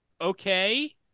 Okay